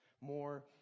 more